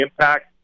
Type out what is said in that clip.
impact